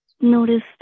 Noticed